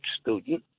student